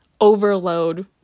overload